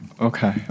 Okay